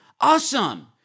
Awesome